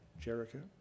Jericho